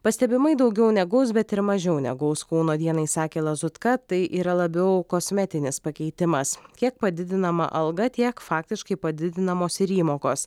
pastebimai daugiau negaus bet ir mažiau negaus kauno dienai sakė lazutka tai yra labiau kosmetinis pakeitimas kiek padidinama alga tiek faktiškai padidinamos ir įmokos